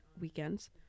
weekends